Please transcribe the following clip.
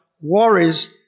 worries